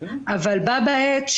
אך בא בעת,